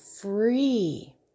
free